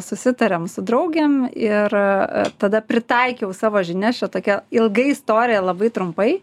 susitarėm su draugėm ir tada pritaikiau savo žinias čia tokia ilga istorija labai trumpai